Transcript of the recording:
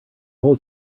whole